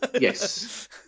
Yes